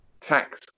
tax